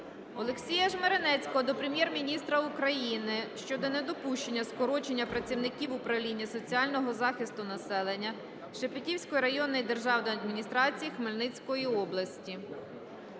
Олексія Жмеренецького до Прем'єр-міністра України щодо недопущення скорочення працівників управління соціального захисту населення Шепетівської районної державної адміністрації Хмельницької області.